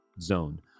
zone